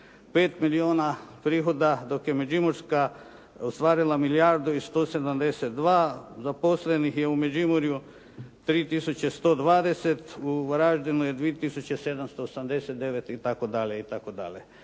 985 milijuna prihoda, dok je Međimurska ostvarila milijardu i 172. Zaposlenih je u Međimurju 3120, u Varaždinu je 2789 itd.,